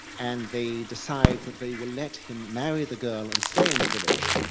and they decide that they will let him marry the girl and stay in the village,